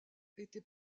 était